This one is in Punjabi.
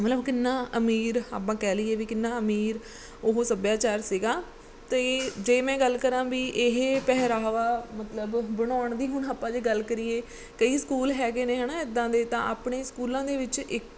ਮਤਲਬ ਕਿੰਨਾ ਅਮੀਰ ਆਪਾਂ ਕਹਿ ਲਈਏ ਵੀ ਕਿੰਨਾ ਅਮੀਰ ਉਹ ਸੱਭਿਆਚਾਰ ਸੀਗਾ ਅਤੇ ਜੇ ਮੈਂ ਗੱਲ ਕਰਾਂ ਵੀ ਇਹ ਪਹਿਰਾਵਾ ਮਤਲਬ ਬਣਾਉਣ ਦੀ ਹੁਣ ਆਪਾਂ ਜੇ ਗੱਲ ਕਰੀਏ ਕਈ ਸਕੂਲ ਹੈਗੇ ਨੇ ਹੈ ਨਾ ਇੱਦਾਂ ਦੇ ਤਾਂ ਆਪਣੇ ਸਕੂਲਾਂ ਦੇ ਵਿੱਚ ਇੱ